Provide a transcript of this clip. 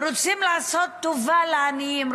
רוצים לעשות טובה לעניים,